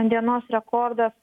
dienos rekordas